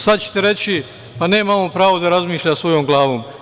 Sad ćete reći - pa, nema on pravo da razmišlja svojom glavom.